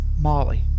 Molly